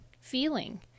feeling